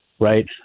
right